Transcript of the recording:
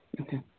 Okay